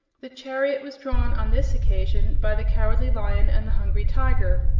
the chariot was drawn on this occasion by the cowardly lion and the hungry tiger,